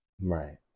Right